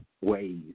ways